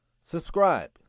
subscribe